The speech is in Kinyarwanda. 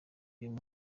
uyu